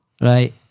right